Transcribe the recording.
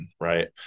right